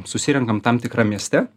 susirenkam tam tikram mieste